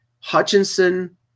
Hutchinson